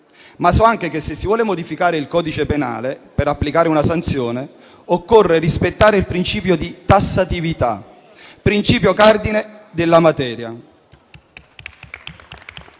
So anche che, se si vuole modificare il codice penale per applicare una sanzione, occorre rispettare il principio di tassatività, principio cardine della materia.